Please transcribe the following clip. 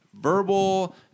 Verbal